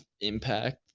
impact